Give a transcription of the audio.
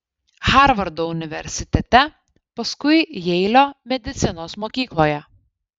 harvardo universitete paskui jeilio medicinos mokykloje